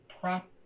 prop